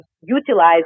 utilize